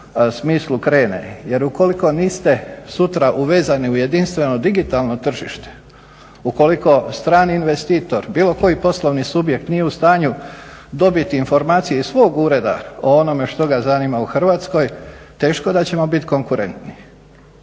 smislu krene. Jer ukoliko niste sutra uvezani u jedinstveno digitalno tržište ukoliko strani investitor, bilo koji poslovni subjekt nije u stanju dobiti informacije iz svog ureda o onome što ga zanima u Hrvatskoj teško da ćemo biti konkurentni.